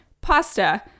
pasta